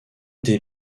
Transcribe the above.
des